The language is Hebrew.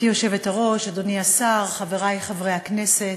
גברתי היושבת-ראש, אדוני השר, חברי חברי הכנסת,